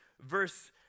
verse